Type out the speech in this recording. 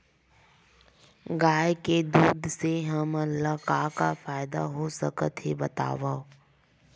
गाय के दूध से हमला का का फ़ायदा हो सकत हे बतावव?